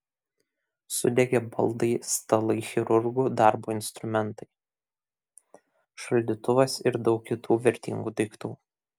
sudegė baldai stalai chirurgų darbo instrumentai šaldytuvas ir daug kitų vertingų daiktų